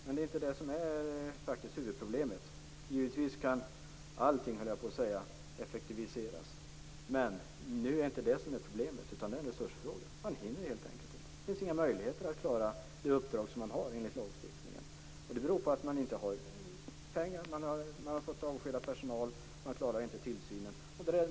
Men det är inte detta som är huvudproblemet. Givetvis kan allting effektiviseras, men detta är en resursfråga. Man hinner helt enkelt inte. Det finns inga möjligheter att klara de uppdrag som man har enligt lagstiftningen. Det beror på att det inte finns pengar och på att personal har fått avskedas, vilket gör att man inte klarar tillsynen.